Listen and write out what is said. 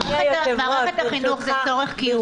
מערכת החינוך זה צורך קיומי?